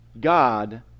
God